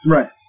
Right